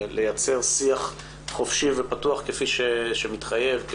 ולייצר שיח חופשי ופתוח כפי שמתחייב.